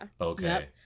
Okay